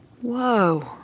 Whoa